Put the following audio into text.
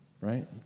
right